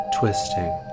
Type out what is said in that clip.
twisting